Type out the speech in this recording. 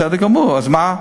בסדר גמור, אז מה?